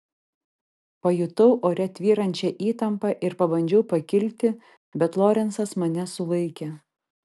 pajutau ore tvyrančią įtampą ir pabandžiau pakilti bet lorencas mane sulaikė